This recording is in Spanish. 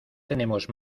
tenemos